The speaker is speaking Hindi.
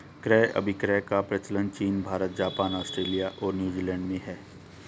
क्रय अभिक्रय का प्रचलन चीन भारत, जापान, आस्ट्रेलिया और न्यूजीलैंड में है